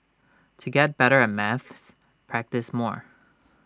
to get better at maths practise more